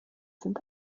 sind